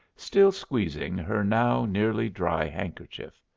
still squeezing her now nearly dry handkerchief.